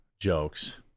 Jokes